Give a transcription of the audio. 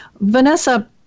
Vanessa